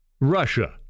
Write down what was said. Russia